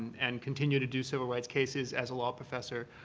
and continue to do civil rights cases as a law professor.